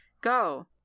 go